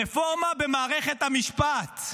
רפורמה במערכת המשפט.